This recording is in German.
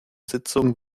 sitzung